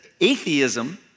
atheism